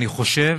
אני חושב,